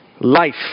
life